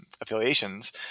affiliations